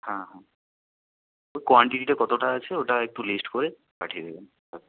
হাঁ হ্যাঁ কোয়ান্টিটিটা কতোটা আছে ওটা একটু লিস্ট করে পাঠিয়ে দেবেন